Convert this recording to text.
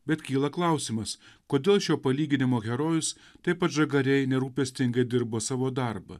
bet kyla klausimas kodėl šio palyginimo herojus taip atžagariai nerūpestingai dirbo savo darbą